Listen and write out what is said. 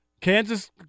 Kansas